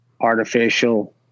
artificial